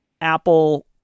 apple